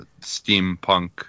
steampunk